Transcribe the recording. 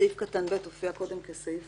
סעיף קטן (ב) הופיע קודם כסעיף